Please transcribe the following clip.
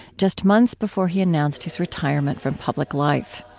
just months before he announced his retirement from public life.